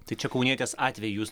tai čia kaunietės atveju jūs